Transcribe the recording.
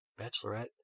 bachelorette